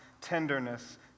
tenderness